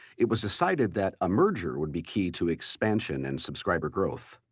it was decided that a merger would be key to expansion and subscriber growth.